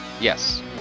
Yes